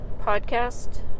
podcast